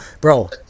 bro